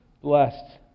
Blessed